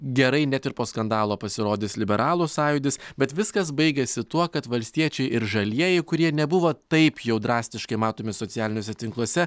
gerai net ir po skandalo pasirodys liberalų sąjūdis bet viskas baigėsi tuo kad valstiečiai ir žalieji kurie nebuvo taip jau drastiškai matomi socialiniuose tinkluose